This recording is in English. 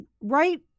right